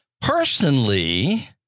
Personally